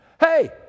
Hey